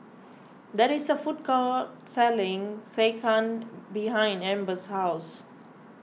there is a food court selling Sekihan behind Ambers' house